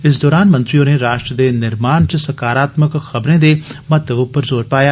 इस दौरान मंत्री होरें राष्ट्र दे निर्माण च सकारात्मक खबरें दे महत्व उप्पर ज़ोर पाया